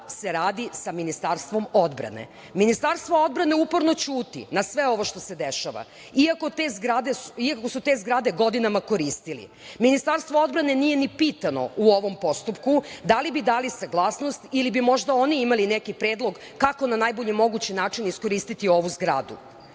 se radi sa Ministarstvom odbrane. Ministarstvo odbrane uporno ćuti na sve ovo što se dešava, iako su te zgrade godinama koristili. Ministarstvo odbrane nije ni pitano u ovom postupku, da li bi dali saglasnost ili bi možda oni imali neki predlog, kako na najbolji mogući način iskoristiti ovu zgradu.U